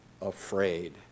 afraid